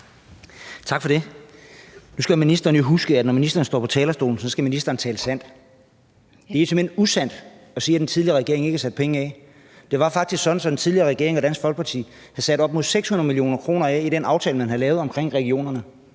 Tak for det. Nu skal ministeren jo huske, at når ministeren står på talerstolen, skal ministeren tale sandt. Det er simpelt hen usandt at sige, at den tidligere regering ikke havde sat penge af. Det var faktisk sådan, at den tidligere regering og Dansk Folkeparti havde sat op mod 600 mio. kr. af i den aftale, man havde lavet om regionerne.